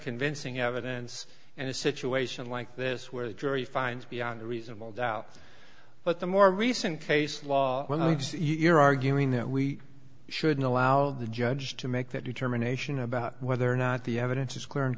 convincing evidence and a situation like this where the jury finds beyond a reasonable doubt but the more recent case law well it's you're arguing that we shouldn't allow the judge to make that determination about whether or not the evidence is c